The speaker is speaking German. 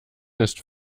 ist